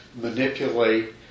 manipulate